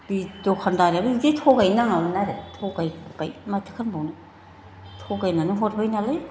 बे दखानदारियानो बिदि थगायनो नाङामोन आरो थगायबाय माथो खालामबावनो थगायनानै हरबाय नालाय